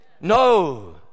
No